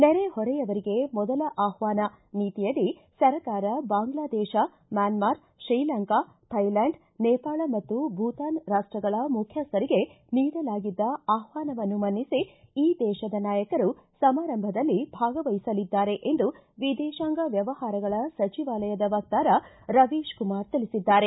ನೆರೆ ಹೊರೆಯವರಿಗೆ ಮೊದಲ ಆಹ್ವಾನ ನೀತಿಯಡಿ ಸರ್ಕಾರ ಬಾಂಗ್ಲಾ ದೇಶ ಮ್ಹಾನ್ಗಾರ್ ಶ್ರೀಲಂಕ ಥೈಲ್ಯಾಂಡ್ ನೇಪಾಳ ಮತ್ತು ಭೂತಾನ್ ರಾಷ್ಟಗಳ ಮುಖ್ಯಸ್ಥರಿಗೆ ನೀಡಲಾಗಿದ್ದ ಆಹ್ವಾನವನ್ನು ಮನ್ನಿಸಿ ಈ ದೇತದ ನಾಯಕರು ಸಮಾರಂಭದಲ್ಲಿ ಭಾಗವಹಿಸಲಿದ್ದಾರೆ ಎಂದು ವಿದೇಶಾಂಗ ವ್ಯವಹಾರಗಳ ಸಚಿವಾಲಯದ ವಕ್ತಾರ ರವೀಶ್ ಕುಮಾರ ತಿಳಿಸಿದ್ದಾರೆ